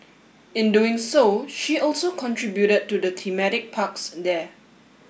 in doing so she also contributed to the thematic parks there